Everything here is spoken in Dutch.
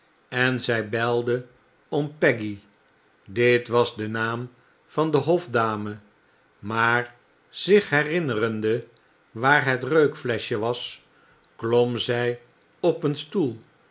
en zij belde om peggy dit was de naam van de hofdame maar zich herinnerende waar het reukfleschje was klom zij op een stoel